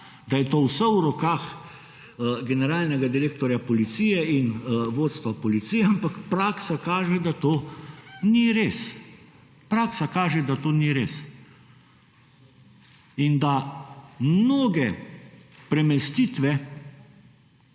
da je to vse v rokah generalnega direktorja policije in vodstva policije, ampak praksa kaže, da to ni res. Praksa kaže, da to ni res. In da mnoge premestitve